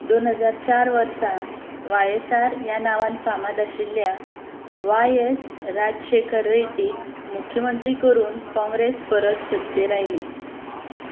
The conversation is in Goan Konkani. दोन हजार चार वर्सा वाय एस आर ह्या नांवान फामाद आशिल्ल्या वाय एस् राजशेखर रेड्डीक मुख्यमंत्री करून काँग्रेस परत सत्तेर आयली